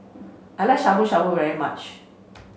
I like Shabu Shabu very much